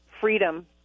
freedom